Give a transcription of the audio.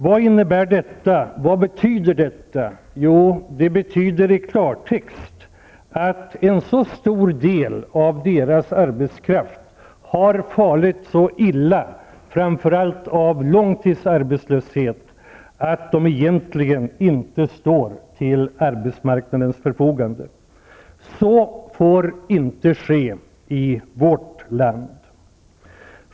Vad betyder detta? Det betyder i klartext att en så stor del av deras arbetskraft har farit så illa, framför allt av långtidsarbetslöshet, att den egentligen inte står till arbetsmarknadens förfogande. Så får inte ske i vårt land.